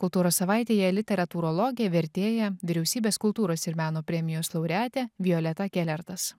kultūros savaitėje literatūrologė vertėja vyriausybės kultūros ir meno premijos laureatė violeta kelertas